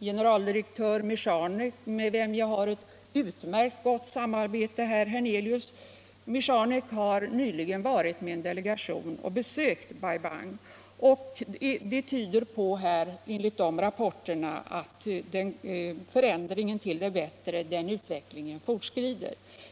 generaldirektör Michanek, med vilken jag har ett utmärkt gott samarbete, herr Hernelius. Michanek har nyligen med en delegation varit på besök i Bai Bang. Enligt rapporterna fortskrider förändringen till det bättre.